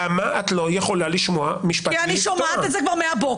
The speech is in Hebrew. למה את לא יכולה לשמוע משפט --- כי אני שומעת את זה כבר מהבוקר,